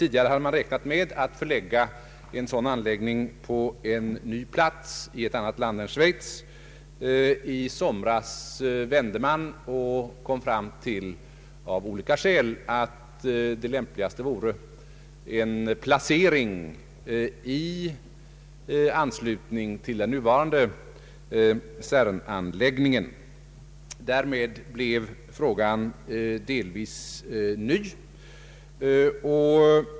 Tidigare hade man räknat med att förlägga en sådan på en ny plats och i ett annat land än i Schweiz. Men i somras kom man av olika skäl fram till att det lämpligaste vore en placering av projektet i anslutning till den nuvarande CERN-anläggningen. Därmed blev frågan delvis ny.